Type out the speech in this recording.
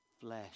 flesh